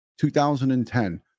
2010